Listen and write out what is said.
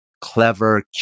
clever